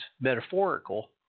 metaphorical